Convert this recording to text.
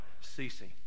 ceasing